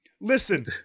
Listen